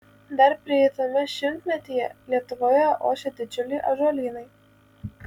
dar praeitame šimtmetyje lietuvoje ošė didžiuliai ąžuolynai